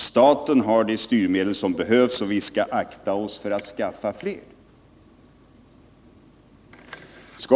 Staten har de styrmedel som behövs, och vi skall akta oss för att skapa fler, menar jordbruksministern.